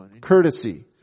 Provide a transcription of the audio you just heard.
courtesy